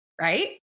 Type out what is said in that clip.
Right